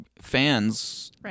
fans